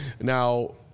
Now